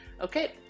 Okay